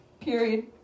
Period